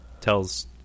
tells